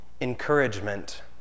encouragement